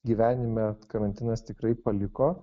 gyvenime karantinas tikrai paliko